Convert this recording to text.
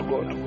God